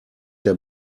der